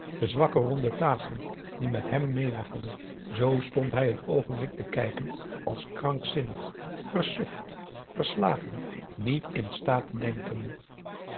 de zwakke ronde tafel die met hem mee waggelde z stond hij n oogenblik te kijken als krankzinnig versuft verslagen niet in staat te denken